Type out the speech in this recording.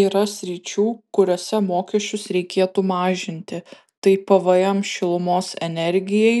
yra sričių kuriose mokesčius reikėtų mažinti tai pvm šilumos energijai